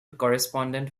correspondent